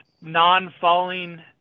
non-falling